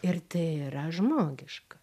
ir tai yra žmogiška